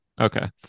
Okay